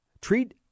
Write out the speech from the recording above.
treat